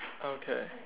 okay